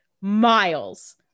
miles